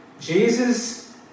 Jesus